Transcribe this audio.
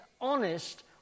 honest